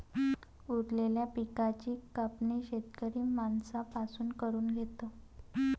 उरलेल्या पिकाची कापणी शेतकरी माणसां पासून करून घेतो